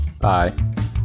Bye